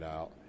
out